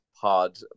pod